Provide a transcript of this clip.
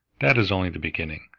that is only the beginning.